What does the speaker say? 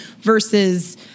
versus